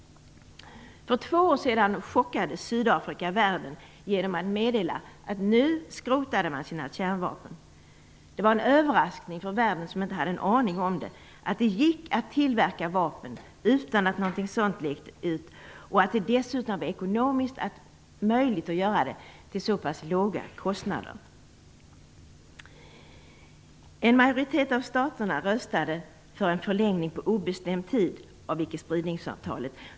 För två år sedan chockade Sydafrika världen genom att meddela att man nu skrotade sina kärnvapen. Det var en överraskning för övriga världen som inte hade en aning om att det gick att tillverka vapen utan att det läckte ut och att det dessutom var ekonomiskt möjligt att göra det till så pass låga kostnader. En majoritet av staterna röstade för en förlängning på obestämd tid av icke-spridningsavtalet.